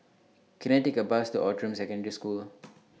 Can I Take A Bus to Outram Secondary School